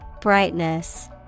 Brightness